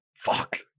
Fuck